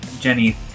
Jenny